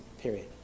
Period